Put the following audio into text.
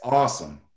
awesome